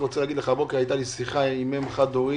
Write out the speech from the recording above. הבוקר היתה לי שיחה עם אם חד הורית,